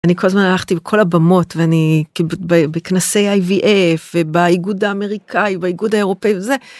אני כל הזמן הלכתי בכל הבמות ואני בכנסי איי וי אף ובאיגוד האמריקאי באיגוד האירופאי וזה.